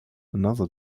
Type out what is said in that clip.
another